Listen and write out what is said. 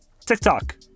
tiktok